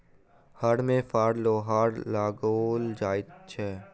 हर मे फार लोहाक लगाओल जाइत छै